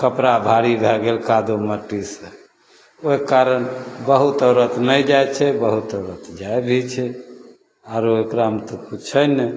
कपड़ा भारी भै गेल कादो मट्टीसे ओहि कारण बहुत औरत नहि जाइ छै बहुत औरत जाइ भी छै आओर एकरामे तऽ किछु छै नहि